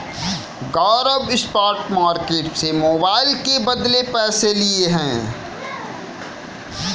गौरव spot market से mobile के बदले पैसे लिए हैं